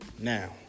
now